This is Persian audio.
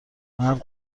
مرد